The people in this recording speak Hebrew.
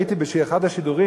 הייתי באחד השידורים,